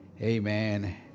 Amen